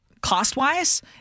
cost-wise